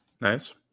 Nice